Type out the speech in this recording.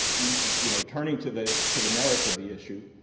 you know, turning to the to the merits of the issue,